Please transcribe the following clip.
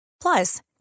Plus